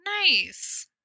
Nice